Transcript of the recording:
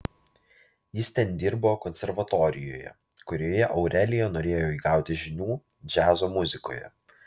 jis ten dirbo konservatorijoje kurioje aurelija norėjo įgauti žinių džiazo muzikoje